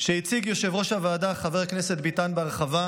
שהציג יושב-ראש הוועדה חבר כנסת ביטן בהרחבה,